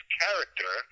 character